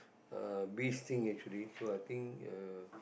uh bee sting actually so I think uh